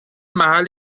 محل